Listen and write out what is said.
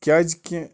کیٛازکہِ